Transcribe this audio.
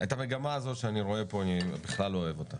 את המגמה הזו שאני רואה פה אני בכלל לא אוהב אותה.